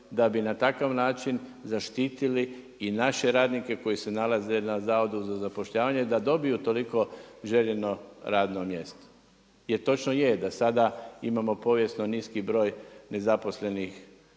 da bi na takav način zaštitili i naše radnike koji se nalaze na HZZZ-u, da dobiju toliko željeno radno mjesto. Jer točno je da sada imamo povijesno niski broj nezaposlenih